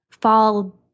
fall